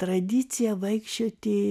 tradicija vaikščioti